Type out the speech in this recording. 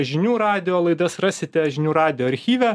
žinių radijo laidas rasite žinių radijo archyve